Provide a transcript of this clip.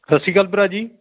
ਸਤਿ ਸ਼੍ਰੀ ਅਕਾਲ ਭਰਾ ਜੀ